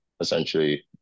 essentially